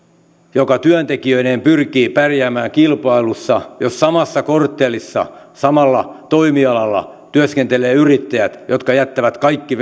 joka työntekijöineen pyrkii pärjäämään kilpailussa jos samassa korttelissa samalla toimialalla työskentelee yrittäjiä jotka jättävät kaikki